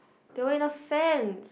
they were in a fan